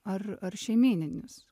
ar ar šeimyninius